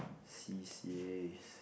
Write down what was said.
c_c_as